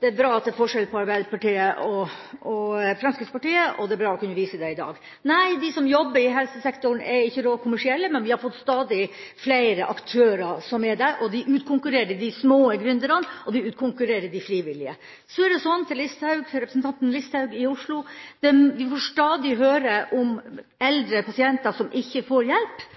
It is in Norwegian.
Det er bra at det er forskjell på Arbeiderpartiet og Fremskrittspartiet, og det er bra å kunne vise det i dag. Nei, de som jobber i helsesektoren, er ikke rå og kommersielle, men vi har fått stadig flere aktører som er det, og de utkonkurrerer de små gründerne, og de utkonkurrerer de frivillige. Så til representanten Listhaug i Oslo: Vi får stadig høre om eldre pasienter som ikke får hjelp.